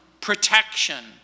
protection